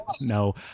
No